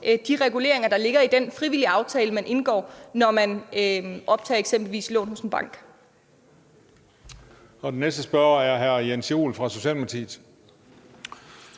de reguleringer, der ligger i den frivillige aftale, man indgår, når man optager eksempelvis et lån i en bank,